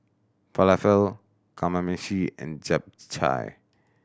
Falafel Kamameshi and Japchae